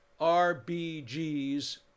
RBG's